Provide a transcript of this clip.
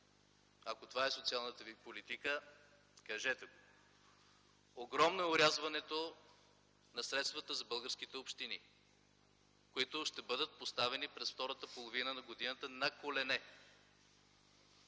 Ако това е социалната ви политика, кажете го. Огромно е орязването на средствата за българските общини, които ще бъдат поставени през втората половина на годината на колене.